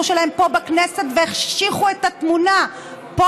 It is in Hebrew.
שלהם גם פה בכנסת והחשיכו את התמונה פה,